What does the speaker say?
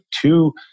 two